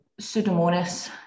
Pseudomonas